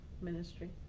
ministry